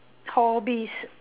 hobbies